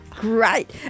Great